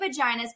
vaginas